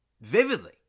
Vividly